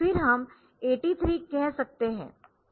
फिर हम 83 कह सकते है